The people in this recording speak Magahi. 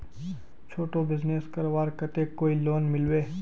छोटो बिजनेस करवार केते कोई लोन मिलबे?